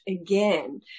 again